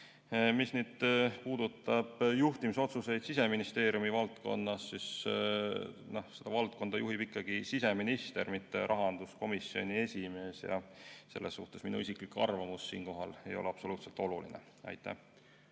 Mis puudutab juhtimisotsuseid Siseministeeriumi valdkonnas, siis seda valdkonda juhib siseminister, mitte rahanduskomisjoni esimees. Selles suhtes ei ole minu isiklik arvamus siinkohal absoluutselt oluline. Aitäh!